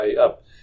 up